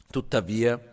Tuttavia